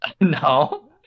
No